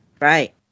Right